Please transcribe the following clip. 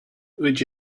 would